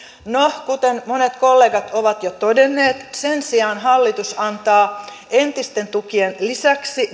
no kuten monet kollegat ovat jo todenneet sen sijaan hallitus antaa entisten tukien lisäksi